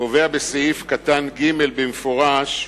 קובע בסעיף קטן (ג) במפורש: